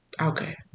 Okay